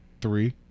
three